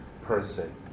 person